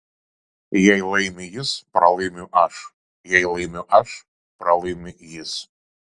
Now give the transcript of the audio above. jei laimi jis pralaimiu aš jei laimiu aš pralaimi jis